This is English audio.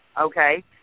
okay